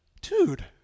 dude